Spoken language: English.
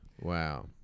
Wow